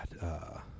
God